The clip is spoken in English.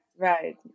Right